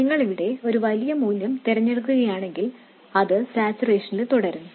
നിങ്ങൾ ഇവിടെ ഒരു വലിയ മൂല്യം തിരഞ്ഞെടുക്കുകയാണെങ്കിൽ അത് സാച്ചുറേഷനിൽ തുടരും